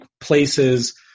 places